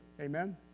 Amen